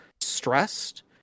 stressed